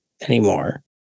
anymore